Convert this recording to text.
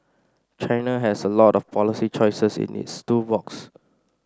China has a lot of policy choices in its tool box